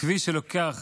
כביש שלוקח